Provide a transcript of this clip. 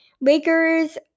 Lakers